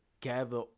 gather